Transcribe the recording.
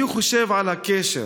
אני חושב על הקשר